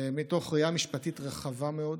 מתוך ראייה משפטית רחבה מאוד,